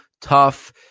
tough